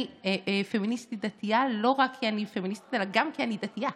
אני פמיניסטית דתייה לא רק כי אני פמיניסטית אלא גם כי אני דתייה.